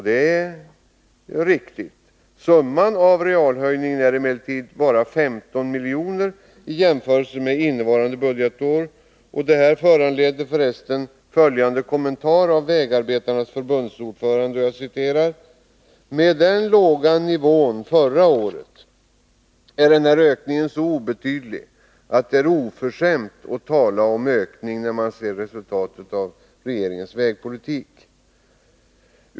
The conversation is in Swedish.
Det är riktigt, men summan av denna realhöjning är bara ca 15 milj.kr. i jämförelse med summan för innevarande budgetår. Detta föranleder följande kommentar av vägarbetarnas förbundsordförande: ”med den låga nivån förra året är ökningen så obetydlig att det är oförskämt att tala om ökning när man ser resultatet av regeringens vägpolitik”.